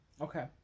okay